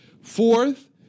Fourth